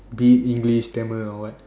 be it English Tamil or what